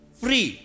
free